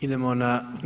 Idemo na…